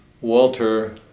Walter